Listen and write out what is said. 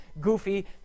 goofy